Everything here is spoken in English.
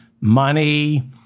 money